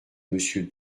monsieur